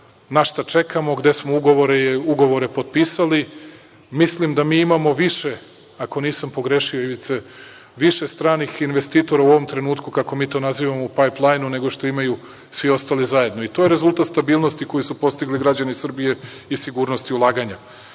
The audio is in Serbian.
na šta čekamo, gde smo ugovore potpisali. Mislim da mi imamo više, ako nisam pogrešio, Ivice, stranih investitora u ovom trenutku, kako mi to nazivamo, u „pajplajnu“ nego što imaju svi ostali zajedno, i to je rezultat stabilnosti koji su postigli građani Srbije i sigurnost ulaganja. Očekujemo